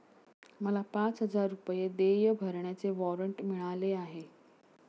मला पाच हजार रुपये देय भरण्याचे वॉरंट मिळाले आहे